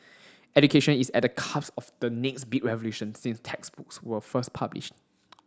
education is at the cusp of the next big revolution since textbooks were first published